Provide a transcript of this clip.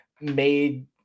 made